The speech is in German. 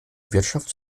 wirtschaft